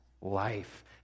life